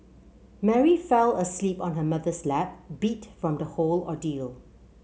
Mary fell asleep on her mother's lap beat from the whole ordeal